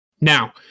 Now